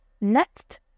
Next